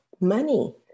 money